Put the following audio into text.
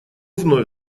вновь